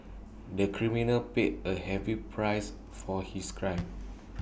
the criminal paid A heavy price for his crime